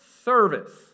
service